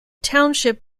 township